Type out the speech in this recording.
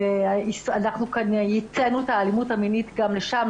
אנחנו כאן ייצאנו את האלימות המינית גם לשם,